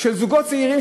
של הזוגות הצעירים,